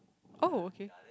oh okay